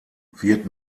wird